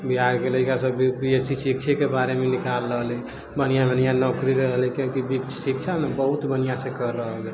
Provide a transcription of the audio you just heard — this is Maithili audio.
बिहारके लड़िका सब बी पी एस सी शिक्षाके बारेमे निकाल रहलै बन्हिया बन्हिया नौकरी रहले काहेकि शिक्षा ने बहुत बन्हियासँ कर रहले